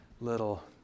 little